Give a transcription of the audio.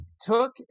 took